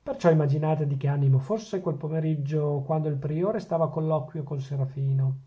perciò immaginate di che animo fosse sul pomeriggio quando il priore stava a colloquio col serafino